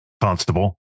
Constable